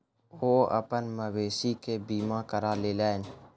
ओ अपन मवेशी के बीमा करा लेलैन